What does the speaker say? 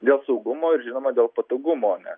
dėl saugumo ir žinoma dėl patogumo nes